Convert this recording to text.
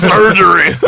surgery